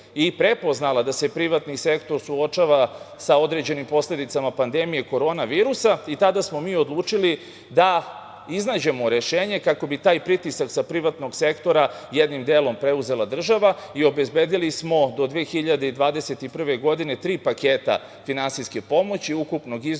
i prepoznala da se privatni sektor suočava sa određenim posledicama pandemije korona virusa i tada smo mi odlučili da iznađemo rešenje kako bi taj pritisak sa privatnog sektora jednim delom preuzela država. Obezbedili smo do 2021. godine tri paketa finansijske pomoći, ukupnog iznosa